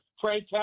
Frank